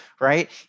right